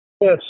Yes